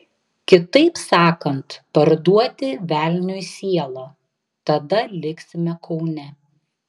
kitaip sakant parduoti velniui sielą tada liksime kaune